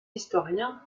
historiens